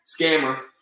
scammer